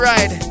Ride